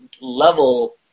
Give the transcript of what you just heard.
level